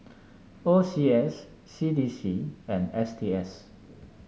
O C S C D C and S T S